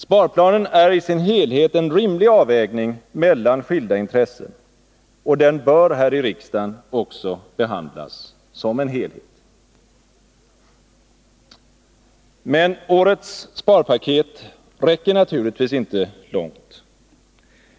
Sparplanen är i sin helhet en rimlig avvägning mellan skilda intressen, och den bör här i riksdagen också behandlas som en helhet. Men årets sparpaket räcker naturligtvis inte långt.